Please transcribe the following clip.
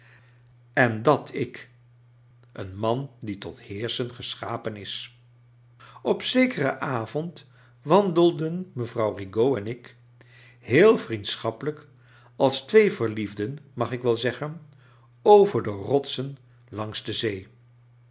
en dat ik een man die tot heerschen geschapen is op zekeren avond wandelden mevrouw rigaud en ik heel vriendscbappelrjk ala twee verliefden mag ik wel zeggen over de rotsen langs de zee